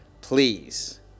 please